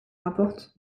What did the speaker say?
rapporte